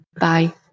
bye